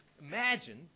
imagine